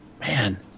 Man